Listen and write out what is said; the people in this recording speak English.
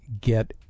get